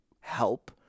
help